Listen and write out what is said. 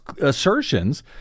assertions